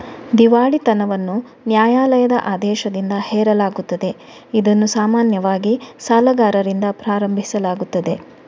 ದಿವಾಳಿತನವನ್ನು ನ್ಯಾಯಾಲಯದ ಆದೇಶದಿಂದ ಹೇರಲಾಗುತ್ತದೆ, ಇದನ್ನು ಸಾಮಾನ್ಯವಾಗಿ ಸಾಲಗಾರರಿಂದ ಪ್ರಾರಂಭಿಸಲಾಗುತ್ತದೆ